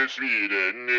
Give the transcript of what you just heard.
Sweden